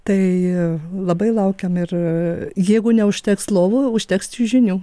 tai labai laukiam ir jeigu neužteks lovų užteks čiužinių